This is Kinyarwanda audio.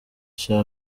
cya